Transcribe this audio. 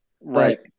Right